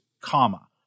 comma